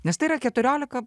nes tai yra keturiolika